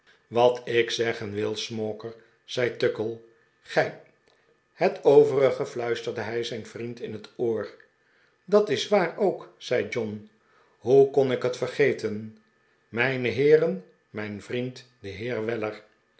wat ik zeggen wil smauker zei tuckle gij het overige fluisterde hij zijn vriend in het oor dat is waar ook zei john hoe kon ik het vergeten mijne heeren mijn vriend de